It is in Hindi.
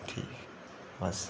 ठीक बस